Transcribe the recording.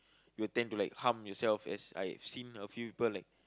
you tend to like harm yourself as I've seen a few people like